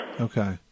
Okay